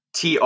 TR